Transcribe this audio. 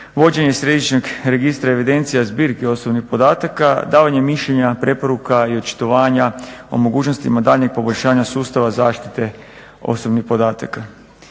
vođenje središnjeg registra evidencije zbirke osobnih podataka, davanje mišljenja, preporuka i očitovanja o mogućnostima daljnjeg poboljšanja sustava zaštite osobnih podataka.